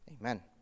Amen